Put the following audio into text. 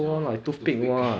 ya toothpick